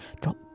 drop